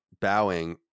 bowing